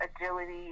agility